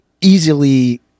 Easily